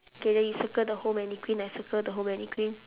okay then you circle the whole mannequin I circle the whole mannequin